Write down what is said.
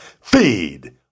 Feed